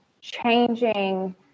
changing